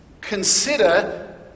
consider